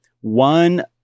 one